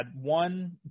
one